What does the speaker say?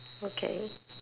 okay